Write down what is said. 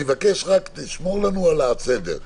תשמור לנו על הסדר.